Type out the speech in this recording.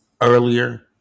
earlier